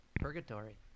Purgatory